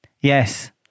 Yes